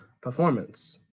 performance